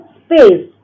space